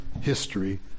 history